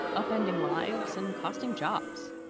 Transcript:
upending lives and costing jobs.